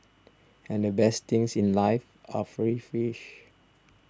and the best things in life are free fish